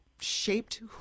shaped